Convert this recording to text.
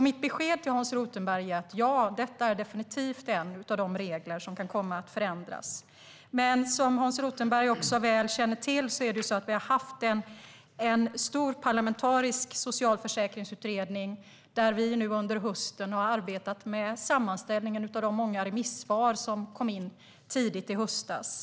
Mitt besked till Hans Rothenberg är därför: Ja, detta är definitivt en av de regler som kan komma att förändras. Men som Hans Rothenberg också väl känner till har vi haft en stor parlamentarisk socialförsäkringsutredning, där vi nu under hösten har arbetat med sammanställningen av de många remissvar som kom in tidigt i höstas.